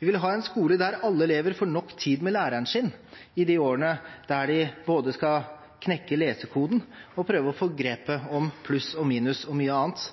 Vi vil ha en skole der alle elever får nok tid med læreren sin i de årene der de både skal knekke lesekoden og prøve å få grepet om pluss og minus og mye annet.